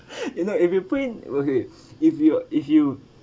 you know if you put in okay if you if you